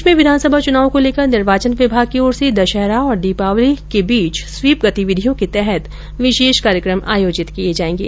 प्रदेश मे विधानसभा चुनावों को लेकर निर्वाचन विभाग की ओर से दशहरा और दीपावली के बीच स्वीप गतिविधियों के तहत विशेष कार्यक्रम आयोजित किये जायेंगे